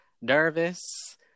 nervous